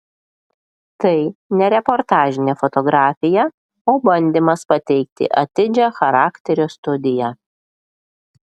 tai ne reportažinė fotografija o bandymas pateikti atidžią charakterio studiją